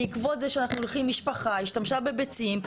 משפחה השתמשה בביצים,